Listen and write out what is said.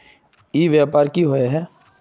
ई व्यापार की होय है?